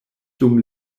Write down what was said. dum